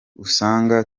usanga